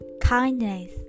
kindness